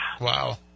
Wow